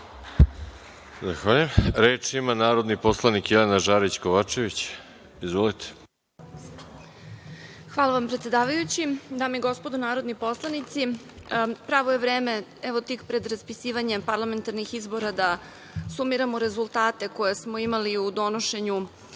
Hvala vam, predsedavajući. Dame i gospodo narodni poslanici, pravo je vreme, evo, tik pred raspisivanje parlamentarnih izbora da sumiramo rezultate koje smo imali u donošenju